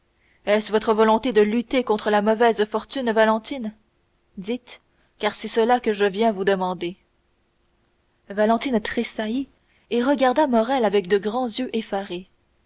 est-ce votre volonté de lutter contre la mauvaise fortune valentine dites car c'est cela que je viens vous demander valentine tressaillit et regarda morrel avec de grands yeux effarés